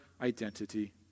identity